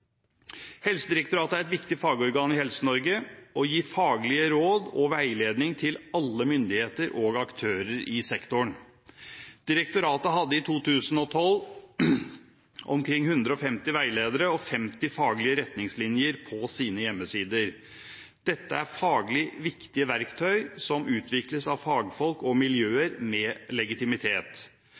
Helsedirektoratet er et viktig fagorgan i Helse-Norge og gir faglige råd og veiledning til alle myndigheter og aktører i sektoren. Direktoratet hadde i 2012 omkring 150 veiledere og 50 faglige retningslinjer på sine hjemmesider. Dette er faglig viktige verktøy som utvikles av fagfolk og miljøer med legitimitet.